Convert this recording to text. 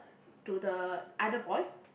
to the other boy